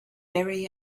very